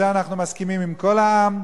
בזה אנחנו מסכימים עם כל העם,